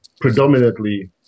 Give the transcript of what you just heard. predominantly